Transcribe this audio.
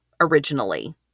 originally